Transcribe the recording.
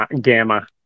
Gamma